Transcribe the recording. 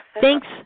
thanks